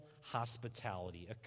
hospitality